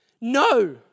no